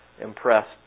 impressed